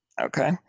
Okay